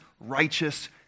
righteous